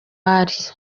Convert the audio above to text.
ari